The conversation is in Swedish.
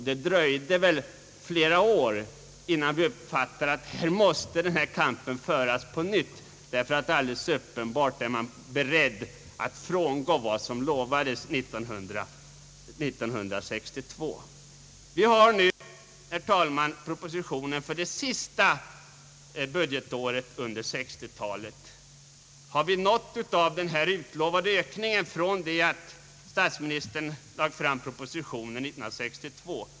Det dröjde flera år innan vi uppfattade, att kampen måste föras på nytt, eftersom statsmakterna alldeles uppenbart blivit beredda att frångå det löfte som givits 1962. Riksdagen har nu fått statsverkspropositionen för det sista budgetåret under 1960-talet. Har vi nått det procenttal som statsministern satte upp 1962?